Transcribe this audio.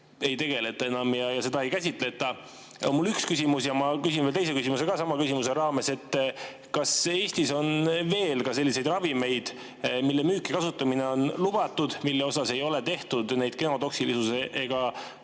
ei tegeleta enam ja seda ei käsitleta? See on mul üks küsimus. Ma küsin teise küsimuse ka sama küsimuse raames. Kas Eestis on veel selliseid ravimeid, mille müük ja kasutamine on lubatud, aga mille kohta ei ole tehtud genotoksilisuse